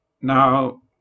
Now